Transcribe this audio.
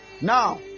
Now